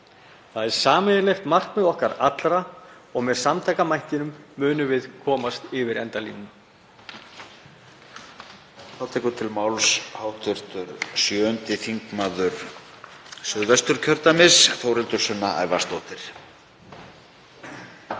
Það er sameiginlegt markmið okkar allra og með samtakamættinum munum við komast yfir endalínuna.